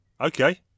okay